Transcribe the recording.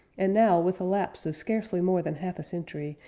and now, with the lapse of scarcely more than half a century,